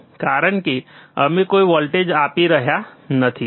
કારણ કે અમે કોઇ વોલ્ટેજ આપી રહ્યા નથી